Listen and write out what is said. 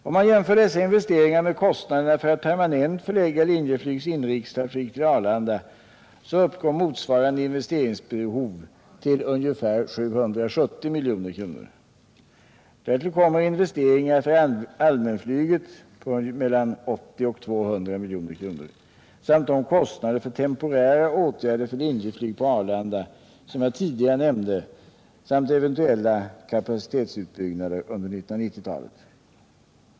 Om man jämför dessa investeringar med kostnaderna för att permanent förlägga Linjeflygs inrikestrafik till Arlanda, så uppgår motsvarande investeringsbehov till ca 770 milj.kr. Därtill kommer investeringar för allmänflyget på mellan 80 och 200 milj.kr. samt de kostnader för temporära åtgärder för Linjeflyg på Arlanda som jag tidigare nämnde jämte eventuella kapacitetsutbyggnader under 1990-talet.